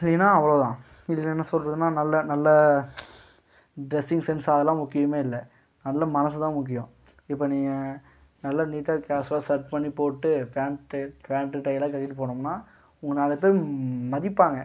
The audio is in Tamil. ஏன்னா அவ்வளோ தான் இதில் என்ன சொல்கிறதுன்னா நல்ல நல்ல ட்ரெஸ்ஸிங் சென்ஸ் அதெல்லாம் முக்கியமே இல்லை நல்ல மனசு தான் முக்கியம் இப்போ நீங்கள் நல்ல நீட்டா கேஷ்வலா சர்ட் பண்ணி போட்டு பேண்ட்டு பேண்ட்டு டையிலாம் கட்டிட்டு போனோம்ன்னா உங்களை நாலு பேரு மதிப்பாங்க